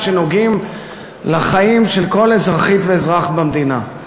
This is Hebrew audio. שנוגעים לחיים של כל אזרחית ואזרח במדינה.